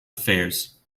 affairs